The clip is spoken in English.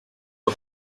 the